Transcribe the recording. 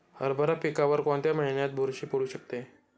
हरभरा पिकावर कोणत्या महिन्यात बुरशी पडू शकते?